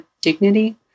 dignity